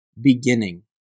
beginning